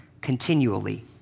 continually